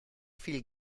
viel